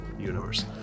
universe